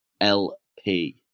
LP